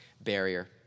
barrier